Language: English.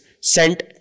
sent